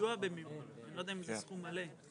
אם זה סכום מלא.